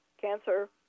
cancer